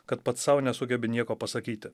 kad pats sau nesugebi nieko pasakyti